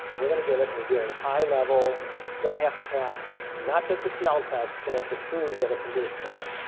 we're going to give it a very high level, it's going to have to pass not just the smell test, it's going to have to prove that it can do its job.